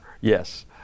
yes